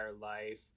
life